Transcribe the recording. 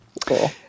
cool